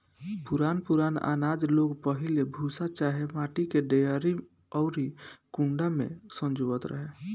पुरान पुरान आनाज लोग पहिले भूसा चाहे माटी के डेहरी अउरी कुंडा में संजोवत रहे